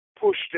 pushed